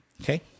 Okay